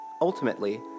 Ultimately